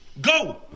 Go